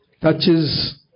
touches